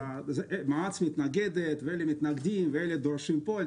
מע"צ מתנגדת ואלה מתנגדים ואלה דורשים פה.